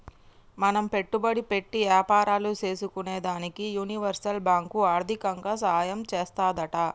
మనం పెట్టుబడి పెట్టి యాపారాలు సేసుకునేదానికి యూనివర్సల్ బాంకు ఆర్దికంగా సాయం చేత్తాదంట